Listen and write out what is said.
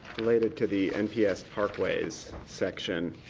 related to the nps parkways section,